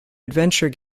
adventure